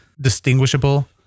distinguishable